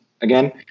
again